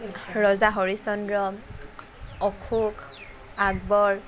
ৰজা হৰিচন্দ্ৰ অশোক আকবৰ